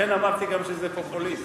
לכן אמרתי גם שזה פופוליסטי.